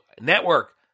network